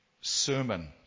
sermon